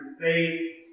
faith